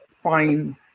fine